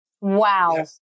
Wow